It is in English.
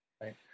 Right